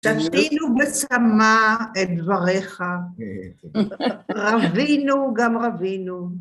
שתינו בצמא את דבריך, רווינו גם רווינו.